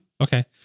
Okay